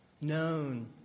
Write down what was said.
known